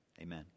amen